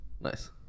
Nice